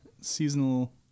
seasonal